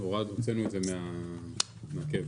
הוצאנו את זה מהקבר,